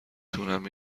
تونم